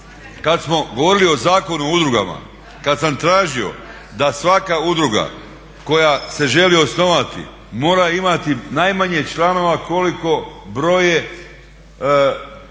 Kada smo govorili o Zakonu o udrugama kada sam tražio da svaka udruga koja se želi osnovati mora imati najmanje članova koliko broje